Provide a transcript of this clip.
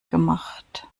gemacht